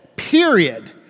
period